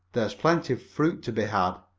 there's plenty of fruit to be had.